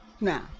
now